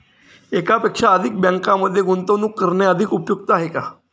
एकापेक्षा अधिक बँकांमध्ये गुंतवणूक करणे अधिक उपयुक्त आहे का?